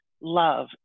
love